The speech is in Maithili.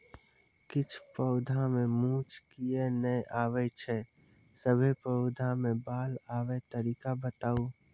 किछ पौधा मे मूँछ किये नै आबै छै, सभे पौधा मे बाल आबे तरीका बताऊ?